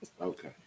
Okay